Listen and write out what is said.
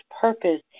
purpose